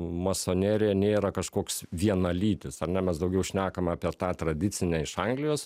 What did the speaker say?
masonerija nėra kažkoks vienalytis ar ne mes daugiau šnekam apie tą tradicinę iš anglijos